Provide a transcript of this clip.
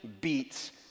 beats